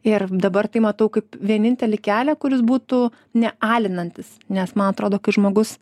ir dabar tai matau kaip vienintelį kelią kuris būtų ne alinantis nes man atrodo kai žmogus